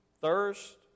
thirst